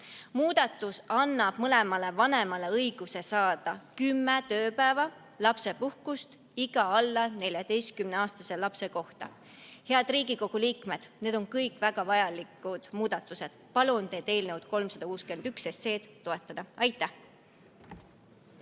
Muudatus annab mõlemale vanemale õiguse saada kümme tööpäeva lapsepuhkust iga alla 14-aastase lapse kohta. Head Riigikogu liikmed, need on kõik väga vajalikud muudatused. Palun teid eelnõu 361 toetada! Aitäh!